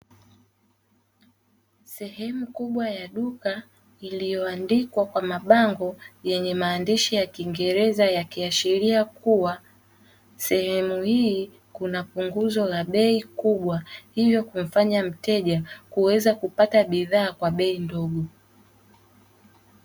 Sehemu kubwa ya duka iliyoandikwa kwa mabango yenye maandishi ya kiingereza, yakiashiria kuwa sehemu hii kunapunguzo la bei kubwa, hivyo kumfanya mteja kuweza kupata bidhaa kwa bei ndogo.